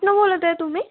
कुठून बोलत आहे तुम्ही